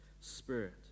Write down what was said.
Spirit